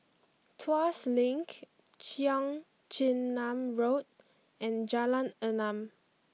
Tuas Link Cheong Chin Nam Road and Jalan Enam